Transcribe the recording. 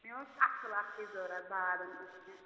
مےٚ اوس اَصٕل اَکھٕے ضوٚرَتھ بادَم أسۍ چھِ